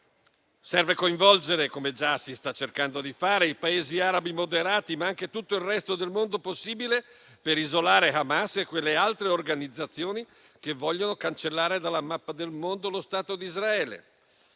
Serve coinvolgere - come già si sta cercando di fare - i Paesi arabi moderati, ma anche tutto il resto del mondo possibile, per isolare Hamas e le altre organizzazioni che vogliono cancellare dalla mappa del mondo lo Stato di Israele.